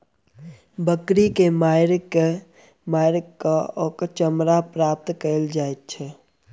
बकरी के मारि क मौस आ चमड़ा प्राप्त कयल जाइत छै